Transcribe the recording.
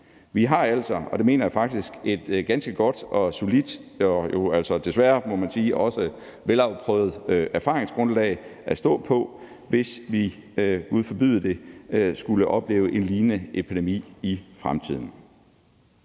Vi har altså, og det mener jeg faktisk, et ganske godt og solidt og jo desværre også, må man sige, velafprøvet erfaringsgrundlag at stå på, hvis vi, Gud forbyde det, skulle opleve en lignende epidemi i fremtiden.